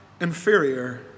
inferior